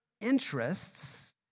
interests